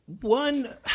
One